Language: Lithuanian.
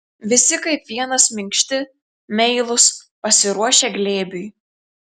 visi kaip vienas minkšti meilūs pasiruošę glėbiui